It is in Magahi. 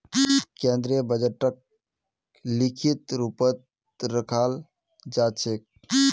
केन्द्रीय बजटक लिखित रूपतत रखाल जा छेक